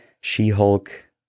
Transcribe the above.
She-Hulk